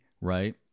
right